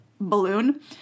balloon